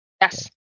Yes